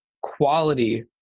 quality